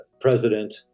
president